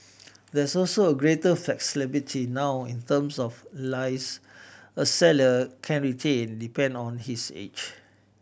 there is also greater flexibility now in terms of a seller can retain depend on his age